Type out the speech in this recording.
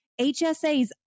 hsas